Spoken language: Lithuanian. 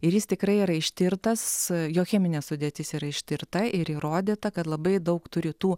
ir jis tikrai yra ištirtas jo cheminė sudėtis yra ištirta ir įrodyta kad labai daug turi tų